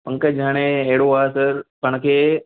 पंकज हाणे अहिड़ो आहे त पाण खे